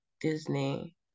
Disney